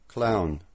Clown